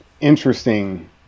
interesting